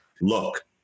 look